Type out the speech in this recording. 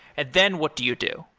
and then, what do you do?